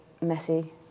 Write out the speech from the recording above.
messy